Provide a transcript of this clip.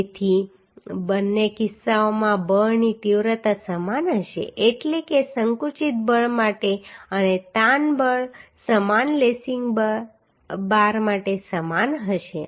તેથી બંને કિસ્સાઓમાં બળની તીવ્રતા સમાન હશે એટલે કે સંકુચિત બળ માટે અને તાણ બળ સમાન લેસિંગ બાર માટે સમાન હશે